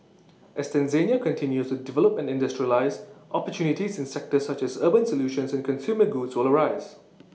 as Tanzania continues to develop and industrialise opportunities in sectors such as urban solutions and consumer goods will arise